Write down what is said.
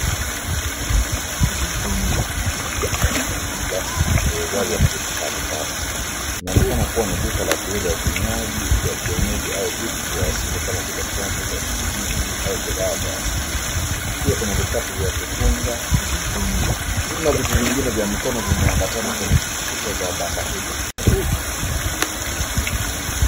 Plastiki nai glasi zimejazwa na vitu mbalimbali. Inaonekana kuwa ni duka la kuuza vinywaji vya kienyeji au vitu vya asili kama vile pombe za kienyeji au bidhaa za asili. Pia kuna vikapu vya kufunga vinywaji na vitu vingine vya mikono vimeambatana kwenye kuta za banda hilo.